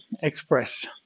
express